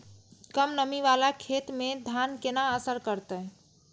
कम नमी वाला खेत में धान केना असर करते?